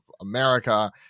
america